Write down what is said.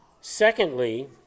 Secondly